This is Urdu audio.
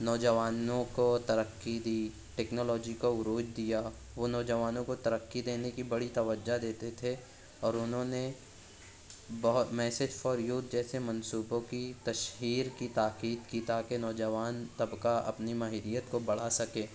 نوجوانوں کو ترقی دی ٹیکنالوجی کو عروج دیا وہ نوجوانوں کو ترقی دینے کی بڑی توجہ دیتے تھے اور انہوں نے بہت میسج فور یوتھ جیسے منصوبوں کی تشہیر کی تاکید کی تا کہ نوجوان طبقہ اپنی ماہریت کو بڑھا سکے